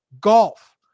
golf